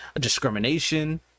discrimination